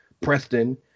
Preston